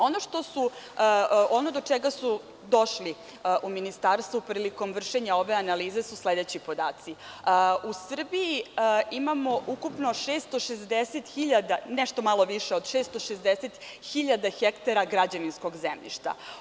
Ono do čega su došli u Ministarstvu prilikom vršenja ove analize su sledeći podaci – u Srbiji imamo ukupno nešto malo više od 660.000 hektara građevinskog zemljišta.